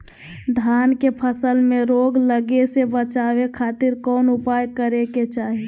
धान के फसल में रोग लगे से बचावे खातिर कौन उपाय करे के चाही?